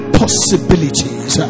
possibilities